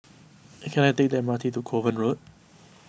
can I take the M R T to Kovan Road